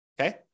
okay